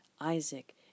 Isaac